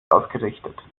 ausgerichtet